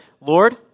Lord